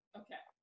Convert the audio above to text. okay